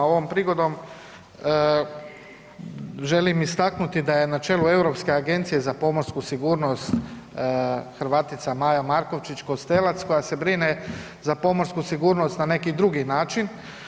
Ovom prigodom želim istaknuti da je na čelu Europske agencije za pomorsku sigurnost Hrvatica Maja Markovčić KOstelac koja se brine za pomorsku sigurnost na neki drugi način.